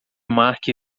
mark